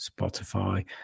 Spotify